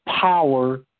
power